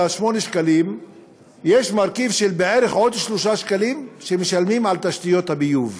ב-8 השקלים יש מרכיב של בערך עוד 3 שקלים שמשלמים על תשתיות הביוב.